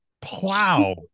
plow